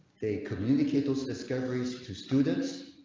they communicate those discoveries to students.